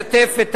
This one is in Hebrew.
לשתף את